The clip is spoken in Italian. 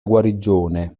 guarigione